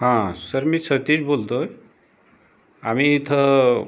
हां सर मी सतीश बोलतोय आम्ही इथं